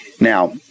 Now